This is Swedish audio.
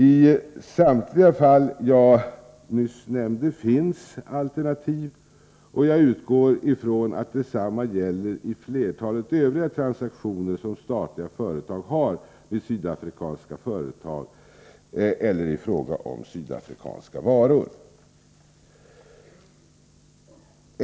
I samtliga fall jag nämnt finns alternativ, och jag utgår från att detsamma gäller i flertalet övriga transaktioner som statliga företag gör med sydafrikanska företag eller i fråga om sydafrikanska varor.